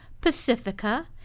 Pacifica